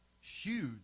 huge